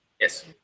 Yes